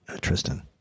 Tristan